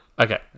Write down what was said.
Okay